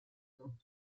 morte